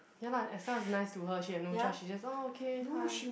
ya lah as long as nice to her she have no choice she just oh okay hi